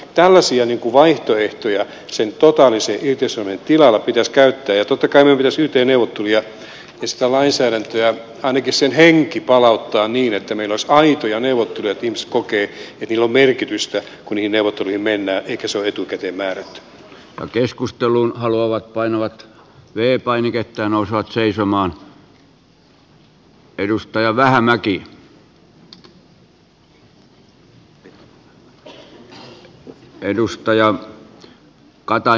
tällaisia vaihtoehtoja sen totaalisen irtisanomisen tilalla pitäisi käyttää ja totta kai meidän pitäisi yt neuvotteluja käydä ja ainakin sen lainsäädännön henki palauttaa niin että meillä olisi aitoja neuvotteluja että ihmiset kokevat että niillä on merkitystä kun niihin neuvotteluihin mennään eikä se ole etukäteen määrätty